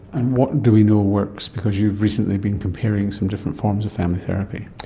and what do we know works? because you've recently been comparing some different forms of family therapy.